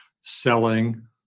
selling